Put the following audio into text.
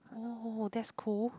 oh that's cool